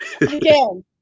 Again